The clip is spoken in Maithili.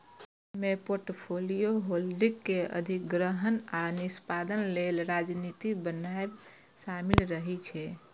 अय मे पोर्टफोलियो होल्डिंग के अधिग्रहण आ निष्पादन लेल रणनीति बनाएब शामिल रहे छै